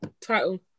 title